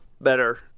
Better